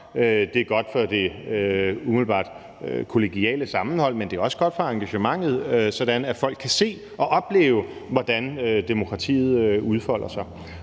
Det er godt for det umiddelbart kollegiale sammenhold, men det er også godt for engagementet, sådan at folk kan se og opleve, hvordan demokratiet udfolder sig.